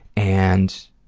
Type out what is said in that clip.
and